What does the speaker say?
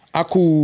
aku